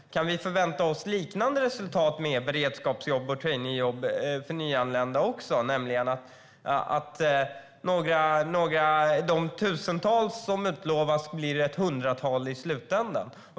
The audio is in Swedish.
Kan vi förvänta oss liknande resultat med beredskapsjobb och traineejobb för nyanlända också, nämligen att de tusentals jobb som utlovas blir ett hundratal i slutändan?